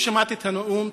כששמעתי את הנאום,